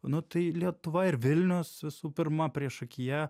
nu tai lietuva ir vilnius visų pirma priešakyje